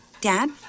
dad